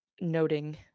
noting